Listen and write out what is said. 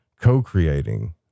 co-creating